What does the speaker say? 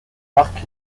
marque